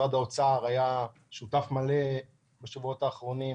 משרד האוצר היה שותף מלא בשבועות האחרונים